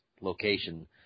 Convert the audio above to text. location